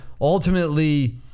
ultimately